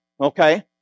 Okay